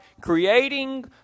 creating